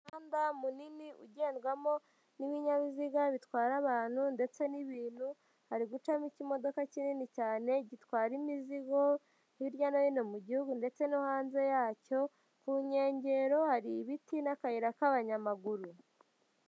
Umuhanda munini ugendwamo n'ibinyabiziga bitwara abantu ndetse n'ibintu, hari gucamo ikimodoka kinini cyane gitwara imizigo hirya no hino mu gihugu ndetse no hanze yacyo, ku nkengero hari ibiti n'akayira k'abanyamaguru.